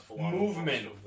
movement